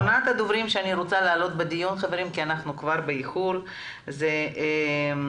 אחרונת הדוברים שאני רוצה להעלות לדיון זו המנהלת